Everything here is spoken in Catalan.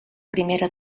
primera